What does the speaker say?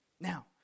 Now